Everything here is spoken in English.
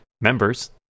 members